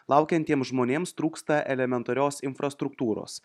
laukiantiem žmonėms trūksta elementarios infrastruktūros